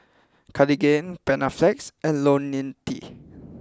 Cartigain Panaflex and Ionil T